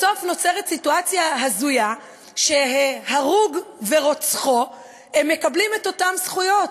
בסוף נוצרת סיטואציה הזויה שההרוג ורוצחו מקבלים את אותן זכויות?